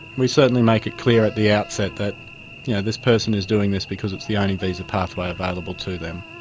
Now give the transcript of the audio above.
we certainly make it clear at the outset that yeah this person is doing this because it's the only visa pathway available to them.